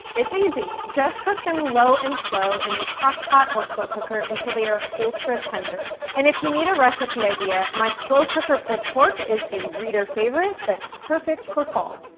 it's easy! just cook them low and slow in a crock-pot or slow cooker until they are ultra tender. and if you need a recipe idea, my slow-cooker pulled pork is a reader favorite that's perfect for fall.